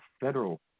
federal